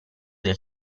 del